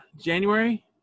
January